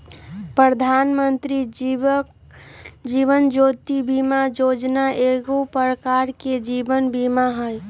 प्रधानमंत्री जीवन ज्योति बीमा जोजना एगो प्रकार के जीवन बीमें हइ